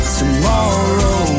tomorrow